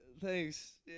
Thanks